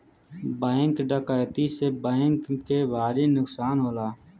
bank डकैती से bank के भारी नुकसान होला